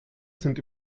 sind